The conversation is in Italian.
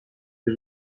più